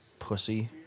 Pussy